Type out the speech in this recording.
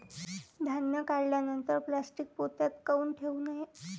धान्य काढल्यानंतर प्लॅस्टीक पोत्यात काऊन ठेवू नये?